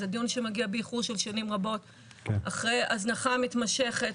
זה דיון שמגיע באיחור של שנים רבות אחרי הזנחה מתמשכת